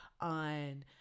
on